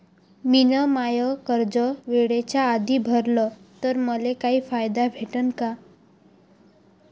मिन माय कर्ज वेळेच्या आधी भरल तर मले काही फायदा भेटन का?